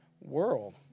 world